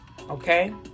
okay